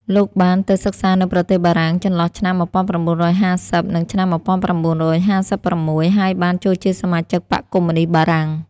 លោកបាន ទៅសិក្សានៅប្រទេសបារាំង ចន្លោះឆ្នាំ ១៩៥០ និងឆ្នាំ១៩៥៦ ហើយបាន ចូលជាសមាជិបក្សកុម្មុយនីស្តបារាំង ។